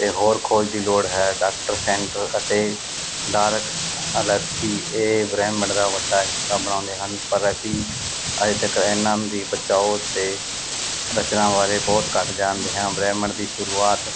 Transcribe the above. ਅਤੇ ਹੋਰ ਖੋਜ ਦੀ ਲੋੜ ਹੈ ਡਾਕਟਰ ਸੈਂਟਰ ਅਤੇ ਡਾਰਕ ਅਲੈਥੀ ਇਹ ਬ੍ਰਹਿਮੰਡ ਦਾ ਵੱਡਾ ਹਿੱਸਾ ਬਣਾਉਂਦੇ ਹਨ ਪਰ ਅਸੀਂ ਅੱਜ ਤੱਕ ਇਹਨਾਂ ਦੀ ਬਚਾਓ ਅਤੇ ਰਚਨਾ ਬਾਰੇ ਬਹੁਤ ਘੱਟ ਜਾਣਦੇ ਹਾਂ ਬ੍ਰਹਿਮੰਡ ਦੀ ਸ਼ੁਰੂਆਤ